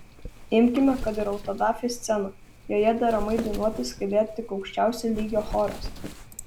imkime kad ir autodafė sceną joje deramai dainuoti sugebėtų tik aukščiausio lygio choras